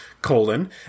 colon